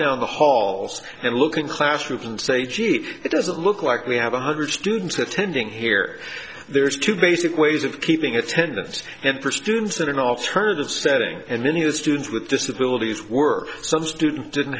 down the halls and looking flash groups and say gee it doesn't look like we have one hundred students attending here there's two basic ways of keeping attendance and persistence in an alternative setting and many of the students with disabilities were so students didn't